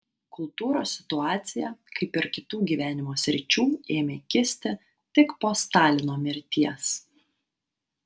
kultūros situacija kaip ir kitų gyvenimo sričių ėmė kisti tik po stalino mirties